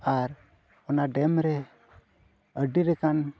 ᱟᱨ ᱚᱱᱟ ᱨᱮ ᱟᱹᱰᱤ ᱞᱮᱠᱟᱱ